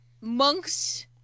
Monks